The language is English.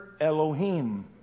Elohim